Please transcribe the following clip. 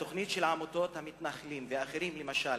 התוכנית של עמותות המתנחלים ואחרים, למשל